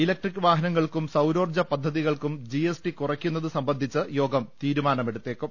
ഇല ക്ട്രിക് വാഹനങ്ങൾക്കും സൌരോർജ പദ്ധതികൾക്കും ജിഎസ്ടി കുറയ്ക്കുന്നത് സംബന്ധിച്ച് യോഗം തീരുമാനമെടുത്തേക്കും